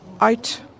out